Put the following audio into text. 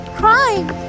crying